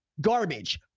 Garbage